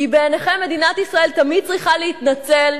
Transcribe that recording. כי בעיניכם מדינת ישראל תמיד צריכה להתנצל,